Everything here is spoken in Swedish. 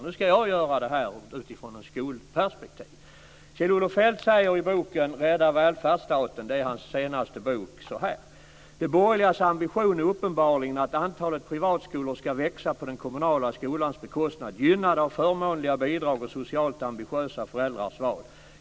Nu ska jag citera honom utifrån ett skolperspektiv. Kjell-Olof Feldt skriver i boken Rädda välfärdsstaten: "Den borgerliga regeringens ambition är uppenbarligen att antalet privatskolor skall växa på den kommunala skolans bekostnad, gynnade av förmånliga bidrag och socialt ambitiösa föräldrars val.